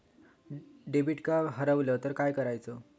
Debit card हरवल तर काय करायच?